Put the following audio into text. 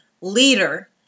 leader